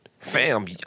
Fam